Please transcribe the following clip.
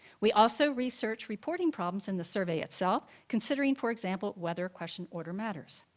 we also researched reporting problems in the survey itself, considering, for example, whether a question order matters.